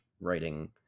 writing